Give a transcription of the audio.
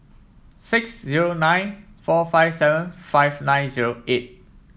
six zero nine four five seven five nine zero eight